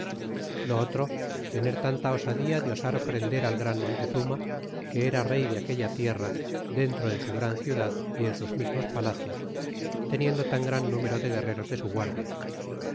lo otro tener tanta osadía de osar prender al gran montezuma que era rey de aquella tierra dentro en su gran ciudad y en sus mismos palacios teniendo tan gran número de guerreros de su guarda